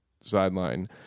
sideline